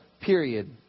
period